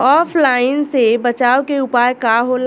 ऑफलाइनसे बचाव के उपाय का होला?